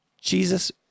Jesus